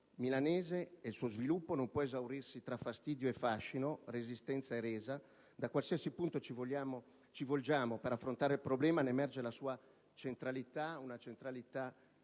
milanese e il suo sviluppo, non può esaurirsi fra fastidio e fascino, resistenza e resa: da qualsiasi punto ci volgiamo per affrontare il problema, ne emerge la sua centralità non